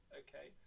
okay